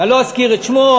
לא אזכיר את שמו,